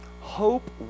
Hope